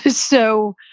so